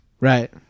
Right